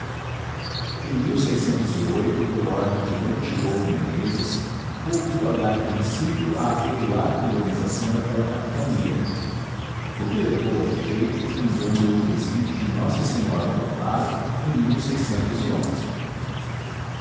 a m por ordem de d diogo meneses voltou a dar princípio à regular colonização daquela capitania o que levou a efeito fundando o presídio de nossa senhora do amparo em que